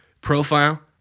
profile